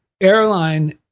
airline